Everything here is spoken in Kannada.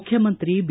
ಮುಖ್ಯಮಂತ್ರಿ ಬಿ